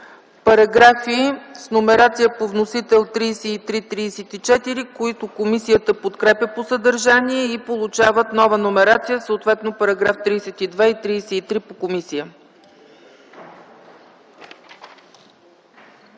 параграфи с номерация по вносител 33 и 34, които комисията подкрепя по съдържание и получават нова номерация, съответно § 32 и 33 по комисия.